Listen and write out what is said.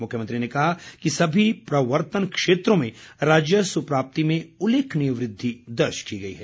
मुख्यमंत्री ने कहा कि सभी प्रवर्तन क्षेत्रों में राजस्व प्राप्ति में उल्लेखनीय वृद्धि दर्ज की गई है